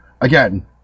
again